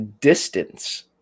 distance